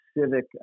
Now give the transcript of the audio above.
civic